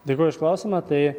dėkoju už klausimą tai